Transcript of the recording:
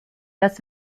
das